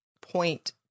point